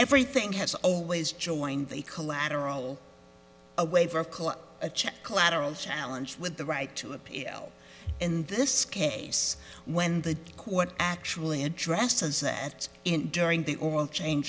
everything has always joined the collateral away for a check collateral challenge with the right to appeal in this case when the court actually addresses that in during the oral change